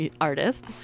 artist